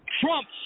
Trump